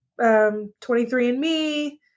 23andMe